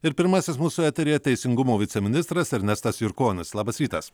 ir pirmasis mūsų eteryje teisingumo viceministras ernestas jurkonis labas rytas